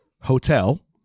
Hotel